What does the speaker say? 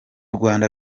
rwanda